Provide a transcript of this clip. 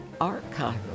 archive